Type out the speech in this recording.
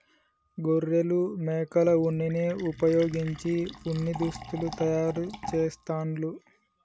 గొర్రెలు మేకల ఉన్నిని వుపయోగించి ఉన్ని దుస్తులు తయారు చేస్తాండ్లు